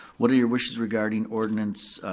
what are your wishes regarding ordinance